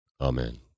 Amen